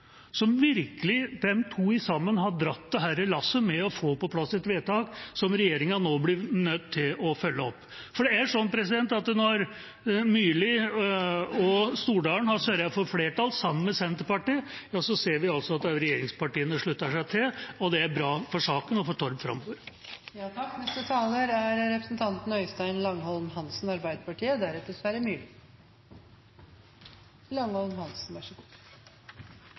sammen har virkelig dratt dette lasset med å få på plass et vedtak som regjeringa nå blir nødt til å følge opp. For det er slik at når Myrli og Stordalen nå har sørget for flertall sammen med Senterpartiet, så ser vi at også regjeringspartiene slutter seg til, og det er bra for saken og for Torp framover. Det har vært mye snakk om Torp, men i likhet med representanten